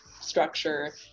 structure